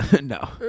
No